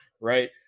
right